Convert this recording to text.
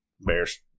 Bears